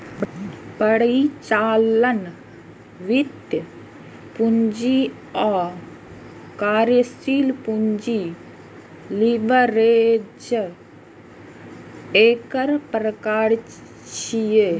परिचालन, वित्तीय, पूंजी आ कार्यशील पूंजी लीवरेज एकर प्रकार छियै